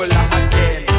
again